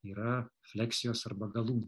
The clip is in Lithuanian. yra fleksijos arba galūnė